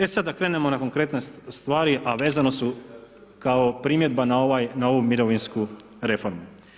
E sad da krenemo na konkretne stvari, a vezane su kao primjedba na ovu mirovinsku reformu.